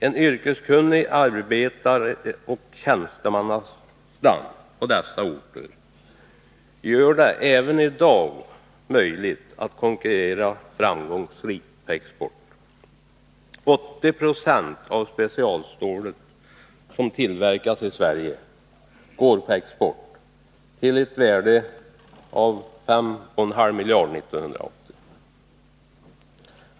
En yrkeskunnig arbetaroch tjänstemannastam på dessa orter gör det möjligt att även i dag konkurrera framgångsrikt på export. 80 20 av det specialstål som tillverkas i Sverige går på export till ett värde som 1980 var 5,5 miljarder kronor.